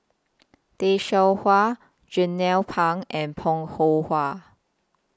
Tay Seow Huah Jernnine Pang and Bong Hiong Hwa